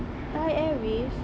thai airways